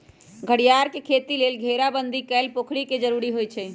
घरियार के खेती लेल घेराबंदी कएल पोखरि के जरूरी होइ छै